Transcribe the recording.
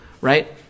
right